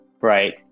right